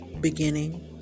beginning